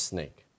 Snake